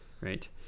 Right